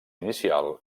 inicial